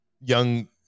young